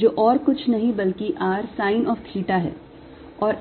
जो और कुछ नहीं बल्कि r sine of theta है